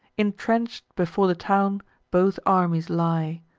intrench'd before the town both armies lie,